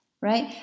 right